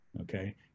okay